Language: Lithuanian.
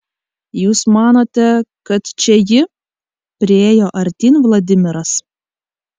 jūs manote kad čia ji priėjo artyn vladimiras